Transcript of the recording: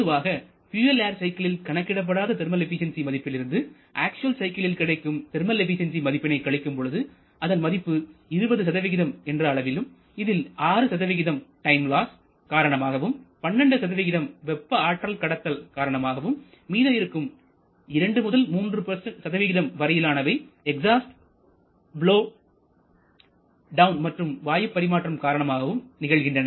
பொதுவாக fuel air சைக்கிளில் கணக்கிடப்பட்ட தெர்மல் எபிசென்சி மதிப்பிலிருந்து அக்சுவல் சைக்கிளில் கிடைக்கும் தெர்மல் எபிசென்சி மதிப்பினை கழிக்கும்பொழுது அதன் மதிப்பு 20 என்ற அளவிலும் இதில் 6 டைம் லாஸ் காரணமாகவும் 12 வெப்ப ஆற்றல் கடத்தல் காரணமாகவும் மீதமிருக்கும் 2முதல் 3 வரையிலானவை எக்ஸாஸ்ட் பலோவ் டவுன் மற்றும் வாயு பரிமாற்றம் காரணமாகவும் நிகழ்கின்றன